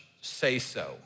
say-so